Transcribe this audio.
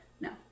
No